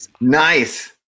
Nice